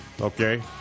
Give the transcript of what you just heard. okay